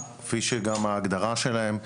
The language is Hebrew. כפי שההגדרה שלהם,